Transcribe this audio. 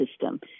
system